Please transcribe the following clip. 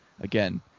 again